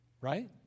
right